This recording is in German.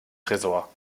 tresor